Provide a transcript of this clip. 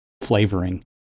flavoring